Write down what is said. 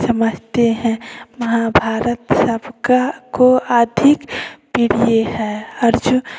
समझते हैं महाभारत सबका को अधिक प्रिय है अर्जुन